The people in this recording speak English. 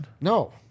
No